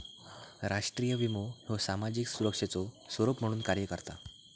राष्ट्रीय विमो ह्यो सामाजिक सुरक्षेचो स्वरूप म्हणून कार्य करता